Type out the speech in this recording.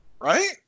right